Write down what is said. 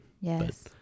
Yes